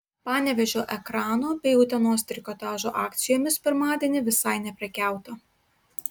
panevėžio ekrano bei utenos trikotažo akcijomis pirmadienį visai neprekiauta